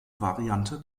variante